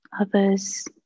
others